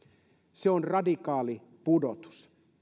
se on radikaali pudotus